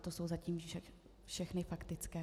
To jsou zatím všechny faktické.